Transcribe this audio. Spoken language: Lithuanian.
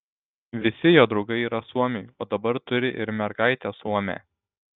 visi jo draugai yra suomiai o dabar turi ir mergaitę suomę